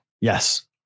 Yes